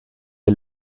est